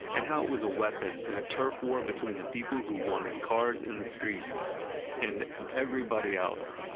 and how it was a weapon in a turf war between the people who wanted cars in the streets and everybody else.